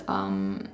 um